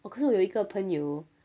oh 可是我有一个朋友